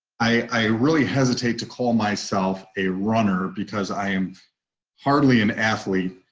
i really hesitate to call myself a runner, because i am hardly an athlete.